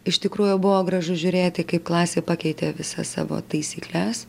iš tikrųjų buvo gražu žiūrėti kaip klasė pakeitė visas savo taisykles